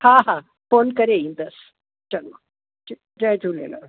हा हा फ़ोन करे ईंदसि चङु जय झूलेलाल